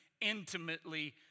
intimately